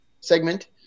segment